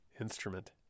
instrument